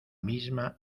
misma